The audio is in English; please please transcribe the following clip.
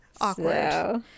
awkward